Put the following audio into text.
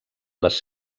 les